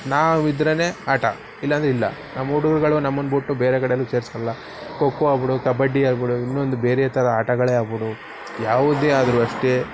ನಾವಿದ್ದರೇನೇ ಆಟ ಇಲ್ಲ ಅಂದ್ರೆ ಇಲ್ಲ ನಮ್ಮ ಹುಡುಗ್ರುಗಳು ನಮ್ಮನ್ನ ಬಿಟ್ಟು ಬೇರೆ ಕಡೆಯಲ್ಲೂ ಸೇರ್ಸೋಲ್ಲ ಖೋ ಖೋ ಆಗಿಬಿಡು ಕಬಡ್ಡಿ ಆಗಿಬಿಡು ಇನ್ನೊಂದು ಬೇರೆ ಥರ ಆಟಗಳೇ ಆಗ್ಬಿಡು ಯಾವುದೇ ಆದ್ರೂ ಅಷ್ಟೇ